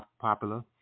popular